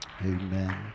Amen